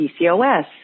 PCOS